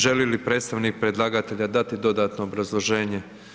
Želi li predstavnik predlagatelja dati dodatno obrazloženje.